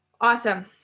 Awesome